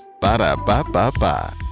Ba-da-ba-ba-ba